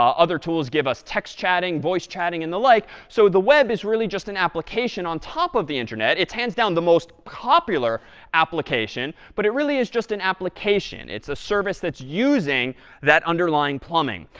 other tools give us text chatting, voice chatting, and the like. so the web is really just an application on of the internet. it's hands-down the most popular application, but it really is just an application. it's a service that's using that underlying plumbing.